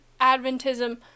Adventism